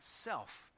self